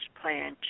plan